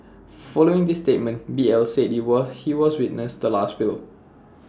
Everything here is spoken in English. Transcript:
following this statement B L said IT will he was witness to Last Will